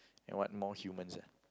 and what more humans